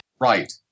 Right